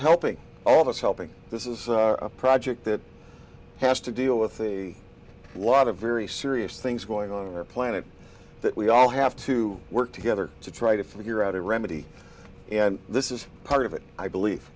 helping all of us helping this is a project that has to deal with a lot of very serious things going on the planet that we all have to work together to try to figure out a remedy and this is part of it i believe